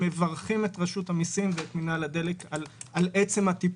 מברכים את רשות המסים ואת מינהל הדלק על עצם הטיפול.